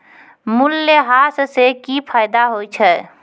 मूल्यह्रास से कि फायदा होय छै?